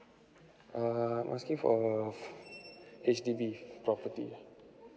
err I'm asking for a H_D_B property